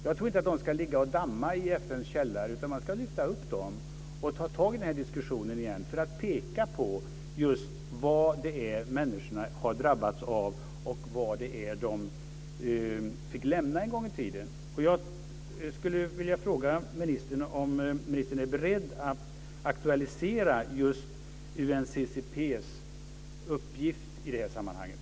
Jag tror inte att de ska ligga och damma i FN:s källare, utan man ska lyfta upp dem och ta tag i den här diskussionen igen för att peka på vad de här människorna har drabbats av och vad de fick lämna en gång i tiden. Jag skulle vilja fråga ministern om ministern är beredd att aktualisera UNCCP:s uppgift i det här sammanhanget.